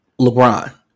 LeBron